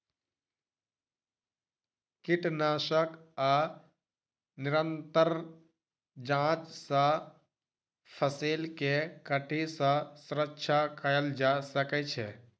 कीटनाशक आ निरंतर जांच सॅ फसिल के कीट सॅ सुरक्षा कयल जा सकै छै